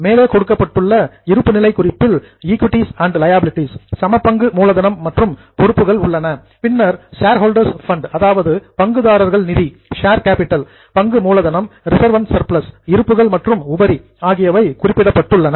மேலே கொடுக்கப்பட்டுள்ள இருப்புநிலை குறிப்பில் ஈகுட்டிஸ் அண்ட் லியாபிலிடீஸ் சமபங்கு மூலதனம் மற்றும் பொறுப்புகள் உள்ளன பின்னர் ஷேர்ஹோல்டர்ஸ் ஃபண்ட் பங்குதாரர் நிதி ஷேர் கேப்பிட்டல் பங்கு மூலதனம் ரிசர்வ்ஸ் அண்ட் சர்ப்ளஸ் இருப்புகள் மற்றும் உபரி ஆகியவை குறிப்பிடப்பட்டுள்ளன